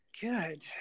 Good